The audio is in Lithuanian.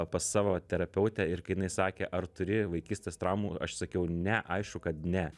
pas savo terapeutę ir kai jinai sakė ar turi vaikystės traumų ir aš sakiau ne aišku kad ne